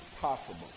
possible